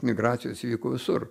migracijos vyko visur